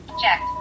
checked